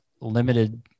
limited